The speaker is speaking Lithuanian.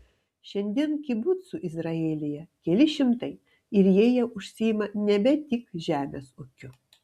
šiandien kibucų izraelyje keli šimtai ir jie jau užsiima nebe tik žemės ūkiu